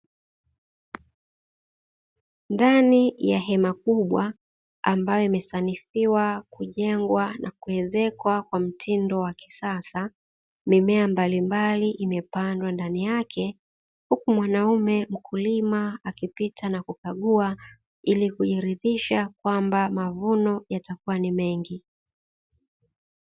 Ndani ya hema kubwa ambayo imesanifiwa kujengwa na kuezekwa kwa mtindo wa kisasa mimea mbalimbali imepandwa ndani yake, huku mwanaume mkulima akipita na kukagua ilikujiridhisha kwamba mavuno yatakuwa ni mengi.